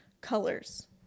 colors